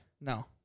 No